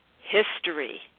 history